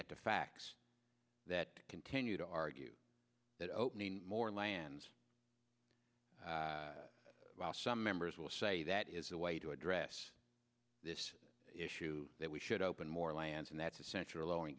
at the facts that continue to argue that opening more lands some members will say that is the way to address this issue that we should open more lands and that's essential low in